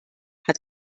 hat